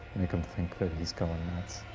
make him think that he's going nuts.